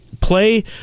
Play